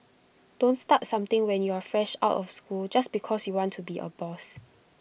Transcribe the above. don't start something when you're fresh out of school just because you want to be A boss